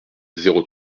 zéro